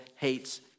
hates